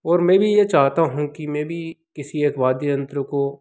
और मैं भी ये चाहता हूँ कि मैं भी किसी एक वाद्य यंत्र को